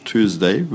Tuesday